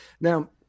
Now